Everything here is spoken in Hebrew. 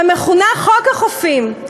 המכונה חוק החופים.